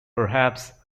perhaps